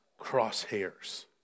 crosshairs